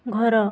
ଘର